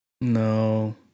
no